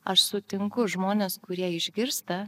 aš sutinku žmones kurie išgirsta